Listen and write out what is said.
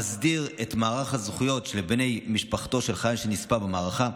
המסדיר את מערך הזכויות לבני משפחתו של חייל שנספה במערכה,